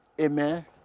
amen